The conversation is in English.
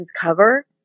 cover